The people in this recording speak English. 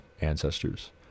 ancestors